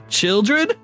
children